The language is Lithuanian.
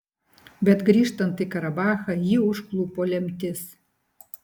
bet grįžtant į karabachą jį užklupo lemtis